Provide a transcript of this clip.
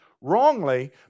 wrongly